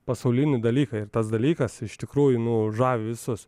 pasaulinį dalyką ir tas dalykas iš tikrųjų nu žavi visus